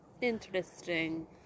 Interesting